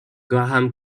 graham